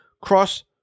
cross